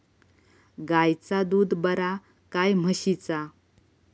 गायचा दूध बरा काय म्हशीचा?